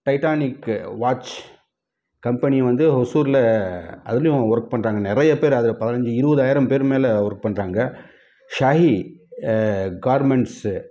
Titanic watch company வந்து ஓசூரில் அதுலேயும் ஒர்க் பண்ணுறாங்க நிறைய பேர் அதில் பதினைஞ்சி இருபதாயிரம் பேருக்கு மேலே ஒர்க் பண்ணுறாங்க ஷாஹி கார்மெண்ட்ஸ்ஸு